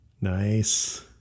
Nice